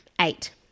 Eight